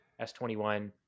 s21